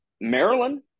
Maryland